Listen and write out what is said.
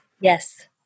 Yes